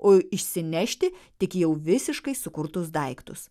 o išsinešti tik jau visiškai sukurtus daiktus